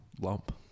lump